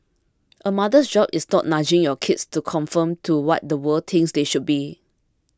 a mother's job is not nudging your kids to conform to what the world thinks they should be